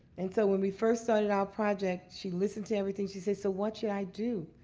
and so when we first started our project, she listened to everything. she said, so what should i do?